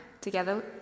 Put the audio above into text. together